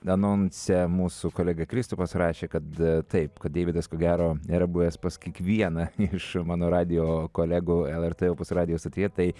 anonse mūsų kolega kristupas rašė kad taip kad deividas ko gero yra buvęs pas kiekvieną iš mano radijo kolegų lrt opus radijo stotyje tai